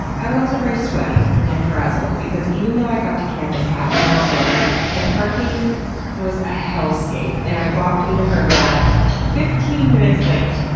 i was also very sweaty and frazzled. because even though i got to campus half an hour early, the parking was a hellscape, and i walked into her lab fifteen minutes late.